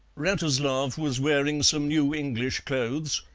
wratislav was wearing some new english clothes,